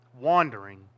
wandering